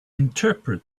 interpret